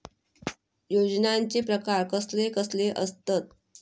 योजनांचे प्रकार कसले कसले असतत?